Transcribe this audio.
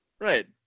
Right